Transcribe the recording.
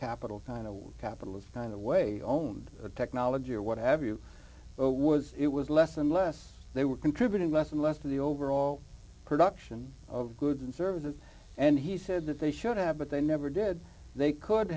capital kind of capitalism kind of way own technology or what have you was it was less and less they were contributing less and less to the overall production of goods and services and he said that they should have but they never did they could